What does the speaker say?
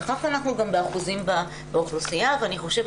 וכך אנחנו גם באחוזים באוכלוסייה ואני חושבת